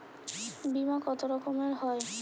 বিমা কত রকমের হয়?